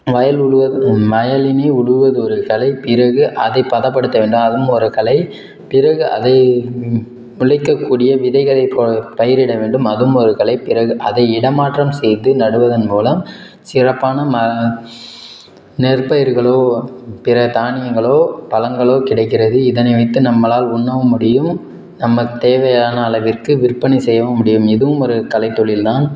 வயல் உழுவதும் வயலுமே உழுவறது ஒரு கலை பிறகு அதை ப்பதப்படுத்த வேண்டும் அதுவும் ஒரு கலை பிறகு அதை முளைக்கக்கூடிய விதைகளை ப பயிரிட வேண்டும் அதுவும் ஒரு கலை பிறகு அதை இடமாற்றம் செய்து நடுவதன் மூலம் சிறப்பான ம நெற்பயிர்களோ பிற தானியங்களோ பழங்களோ கிடைக்கிறது இதனை வைத்து நம்மளால் உண்ணவும் முடியும் நமக்குத் தேவையான அளவிற்கு விற்பனை செய்யவும் முடியும் இதுவும் ஒரு கலைத் தொழில் தான்